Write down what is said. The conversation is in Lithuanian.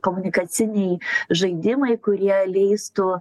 komunikaciniai žaidimai kurie leistų